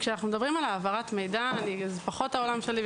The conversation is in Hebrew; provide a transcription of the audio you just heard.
וכשאנחנו מדברים על העברת מידע זה פחות העולם שלי.